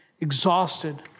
exhausted